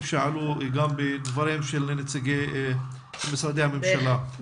שעלו גם בדבריהם של נציגי משרדי הממשלה.